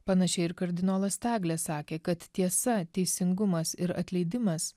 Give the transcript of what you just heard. panašiai ir kardinolas taglė sakė kad tiesa teisingumas ir atleidimas